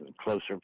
closer